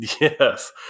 Yes